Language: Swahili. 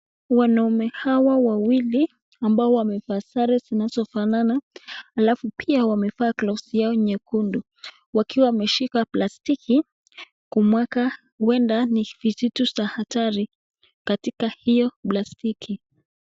Wanaume hawa wawili amabao wamevaa sare zinazofanana alafu pia wamevaa glovu yao nyekundu wakiwa wameshika plastika kumwaga, huenda ni vitu za hatari katika hiyo plastiki.